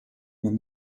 man